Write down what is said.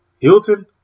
Hilton